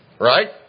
Right